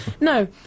No